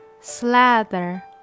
Slather